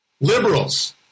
liberals